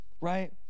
Right